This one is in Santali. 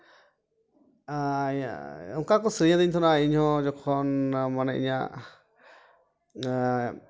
ᱚᱠᱟ ᱠᱚ ᱥᱤᱨᱤᱧ ᱨᱤᱧ ᱛᱟᱦᱮᱱᱟ ᱤᱧ ᱦᱚᱸ ᱡᱚᱠᱷᱚᱱ ᱢᱟᱱᱮ ᱤᱧᱟᱹᱜ